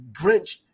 Grinch